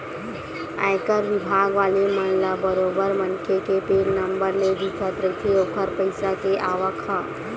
आयकर बिभाग वाले मन ल बरोबर मनखे के पेन नंबर ले दिखत रहिथे ओखर पइसा के आवक ह